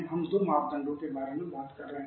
हम दो मापदंडों के बारे में बात करते हैं